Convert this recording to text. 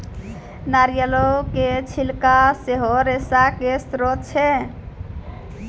नारियलो के छिलका सेहो रेशा के स्त्रोत छै